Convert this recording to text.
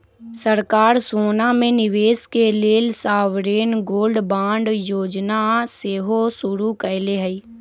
सरकार सोना में निवेश के लेल सॉवरेन गोल्ड बांड जोजना सेहो शुरु कयले हइ